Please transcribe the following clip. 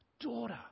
daughter